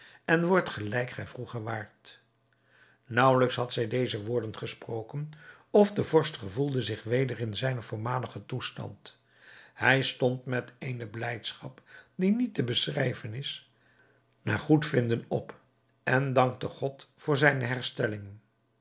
en wordt gelijk gij vroeger waart nauwelijks had zij deze woorden gesproken of de vorst gevoelde zich weder in zijnen voormaligen toestand hij stond met eene blijdschap die niet te beschrijven is naar goedvinden op en dankte god voor zijne herstelling